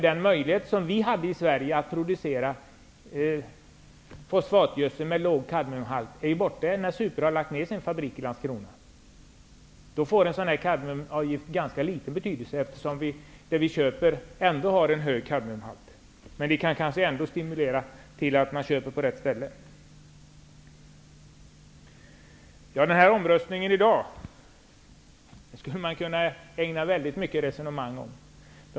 Den möjlighet som vi hade i Sverige att producera fosfatgödsel med låg kadmiumhalt är borta, sedan Supra lagt ner sin fabrik i Landskrona. En kadmiumavgift får ganska liten betydelse, när det vi köper ändå har hög kadmiumhalt. Men avgiften kan kanske stimulera till att man köper på rätt ställe. Omröstningen i dag skulle man kunna ägna väldigt mycket resonemang åt.